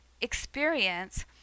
experience